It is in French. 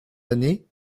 années